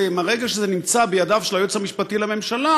מהרגע שזה נמצא בידיו של היועץ המשפטי לממשלה,